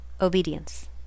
obedience